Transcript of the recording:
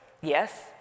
Yes